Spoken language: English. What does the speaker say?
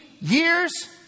years